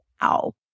wow